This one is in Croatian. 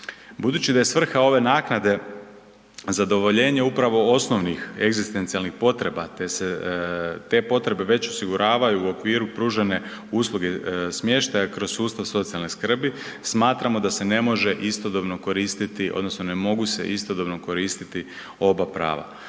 Budući da je svrha ove naknade zadovoljenje upravo osnovnih egzistencijalnih potreba te se te potrebe već osiguravaju u okviru pružene usluge smještaja kroz sustav socijalne skrbi, smatramo da se ne može istodobno koristiti odnosno ne mogu se istodobno koristiti oba prava.